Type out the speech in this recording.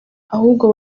ahubwo